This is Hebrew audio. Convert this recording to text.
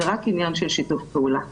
זה רק עניין של שיתוף פעולה,